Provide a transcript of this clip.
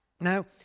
Now